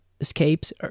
escapes